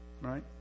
right